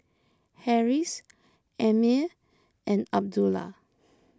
Harris Ammir and Abdullah